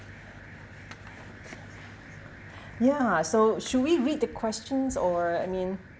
ya so should we read the questions or I mean